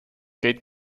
gate